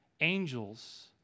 Angels